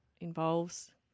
involves